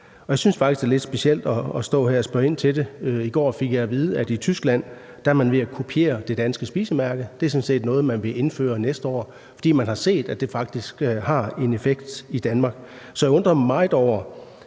Jeg synes faktisk, det er lidt specielt at stå her og spørge ind til det. I går fik jeg at vide, at i Tyskland er man ved at kopiere det danske spisemærke. Det er sådan set noget, man vil indføre næste år, fordi man har set, at det faktisk har en effekt i Danmark. Så jeg undrer mig meget over,